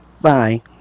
Bye